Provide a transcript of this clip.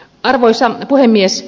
arvoisa puhemies